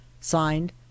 Signed